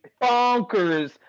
Bonkers